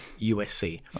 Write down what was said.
usc